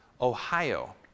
Ohio